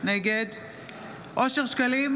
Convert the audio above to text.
נגד אושר שקלים,